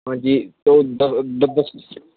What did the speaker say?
ਹਾਂਜੀ ਅਤੇ